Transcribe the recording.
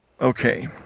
Okay